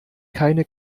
keine